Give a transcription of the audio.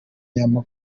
inyama